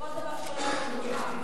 הכנסת מקלב,